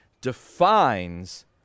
defines